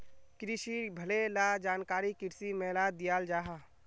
क्रिशिर भले ला जानकारी कृषि मेलात दियाल जाहा